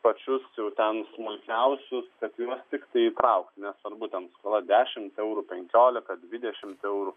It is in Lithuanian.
pačius ten smulkiausius kad juos tiktai įtraukti nesvarbu ten dešimt eurų penkiolika dvidešimt eurų